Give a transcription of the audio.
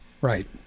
right